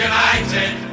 United